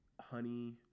honey